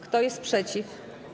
Kto jest przeciw?